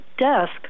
Desk